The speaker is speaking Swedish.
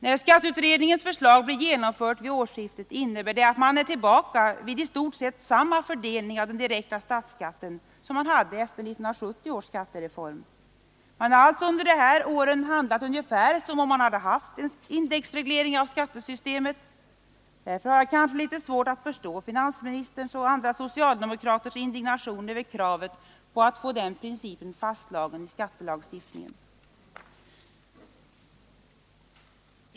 När skatteutredningens förslag blir genomfört vid årsskiftet innebär det att man är tillbaka vid i stort sett samma fördelning av den direkta statsskatten som man hade efter 1970 års skattereform. Man har alltså under de här åren handlat ungefär som om man hade haft en indexreglering av skattesystemet. Därför har jag kanske litet svårt att förstå finansministerns och andra socialdemokraters indignation över kravet på att få den principen fastslagen i skattelagstiftningen.